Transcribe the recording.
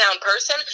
person